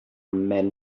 meant